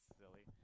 silly